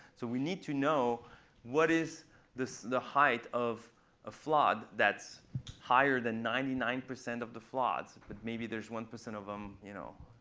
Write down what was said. so we need to know what is the height of a flood that's higher than ninety nine percent of the floods. but maybe there's one percent of them, you know.